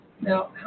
Now